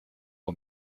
for